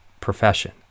profession